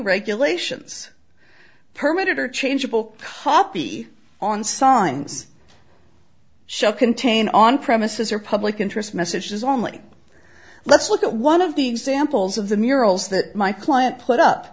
regulations permit interchangeable copy on signs shall contain on premises or public interest messages only let's look at one of the examples of the murals that my client put up